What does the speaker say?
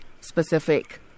specific